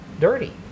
dirty